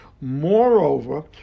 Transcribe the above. Moreover